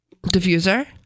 Diffuser